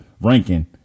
ranking